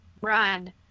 Run